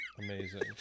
Amazing